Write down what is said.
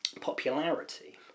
popularity